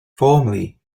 formerly